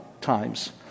times